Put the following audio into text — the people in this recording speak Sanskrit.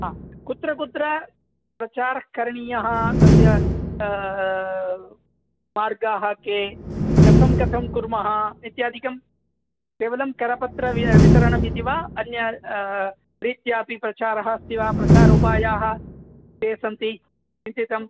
हा कुत्र कुत्र प्रचारः करणीयः तस्य मार्गाः के कथं कथं कुर्मः इत्यादिकं केवलं करपत्रं वि वितरणमिति वा अन्य रीत्या अपि प्रचारः अस्ति वा प्रचारोपायाः के सन्ति चिन्तितं